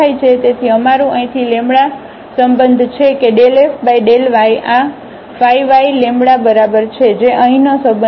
તેથી અમારું અહીંથી સંબંધ છે કે ∂f∂y આ y λ બરાબર છે જે અહીંનો સંબંધ છે